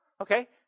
Okay